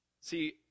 See